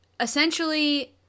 Essentially